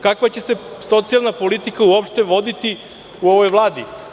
Kakva će se socijalna politika uopšte voditi u ovoj Vladi?